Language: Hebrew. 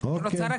גם